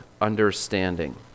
understanding